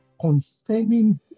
concerning